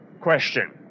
question